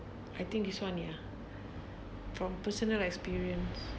I think this [one] ya from personal experience